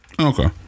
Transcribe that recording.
Okay